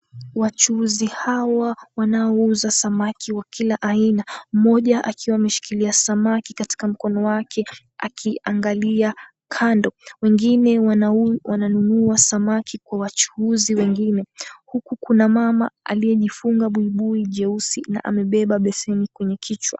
Wachuuzi hawa wanaouza samaki wa kila aina, mmoja akiwa ameshikilia samaki katika mkono wake akiangalia kando. Wengine wananunua samaki kwa wachuuzi wengine. Huku kuna mama aliyejifunga buibui jeusi na amebeba beseni kwenye kichwa.